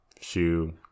shoe